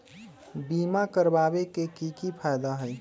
बीमा करबाबे के कि कि फायदा हई?